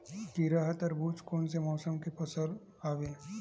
खीरा व तरबुज कोन से मौसम के फसल आवेय?